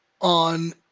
on